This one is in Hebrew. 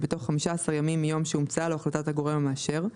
בתוך 15 ימים מיום שהומצאה לו החלטת הגורם המאשר,